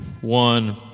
one